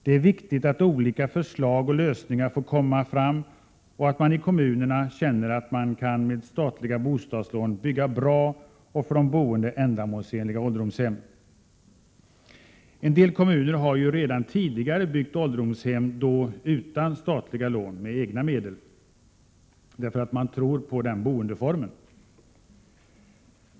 Det är viktigt att olika förslag och lösningar får komma fram och att man i kommunerna känner att man kan med statliga bostadslån bygga bra och för de boende ändamålsenliga ålderdomshem. En del kommuner har ju redan tidigare byggt ålderdomshem, då utan statliga lån och alltså med egna medel. Det har man gjort därför att man tror på den boendeformen.